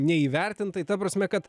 neįvertintai ta prasme kad